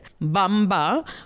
Bamba